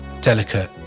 delicate